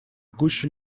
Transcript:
гуще